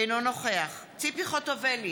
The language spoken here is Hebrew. אינו נוכח ציפי חוטובלי,